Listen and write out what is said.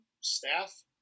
staff